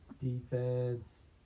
Defense